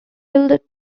billed